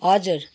हजुर